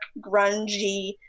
grungy